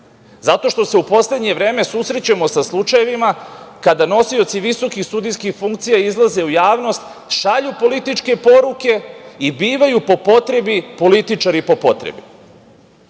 zato što se u poslednje vreme susrećemo sa slučajevima kada nosioci visokih sudijskih funkcija izlaze u javnost, šalju političke poruke i bivaju po potrebi političari. Pre